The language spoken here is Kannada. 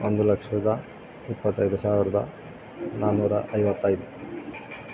ಒಂದು ಲಕ್ಷದ ಇಪ್ಪತೈದು ಸಾವಿರದ ನಾನೂರ ಐವತ್ತೈದು